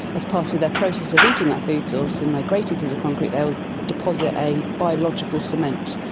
as part of that process of eating that food source and migrating through the concrete they will deposit a biological cement,